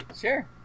Sure